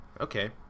Okay